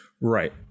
right